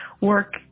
work